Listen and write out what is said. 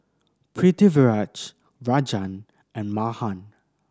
Pritiviraj Rajan and Mahan